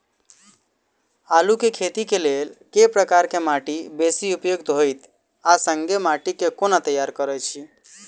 आलु केँ खेती केँ लेल केँ प्रकार केँ माटि बेसी उपयुक्त होइत आ संगे माटि केँ कोना तैयार करऽ छी?